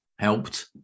helped